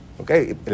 okay